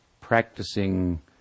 practicing